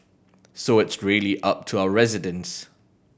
so it's really up to our residents